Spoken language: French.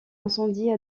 incendie